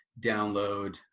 download